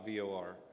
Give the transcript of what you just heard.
VOR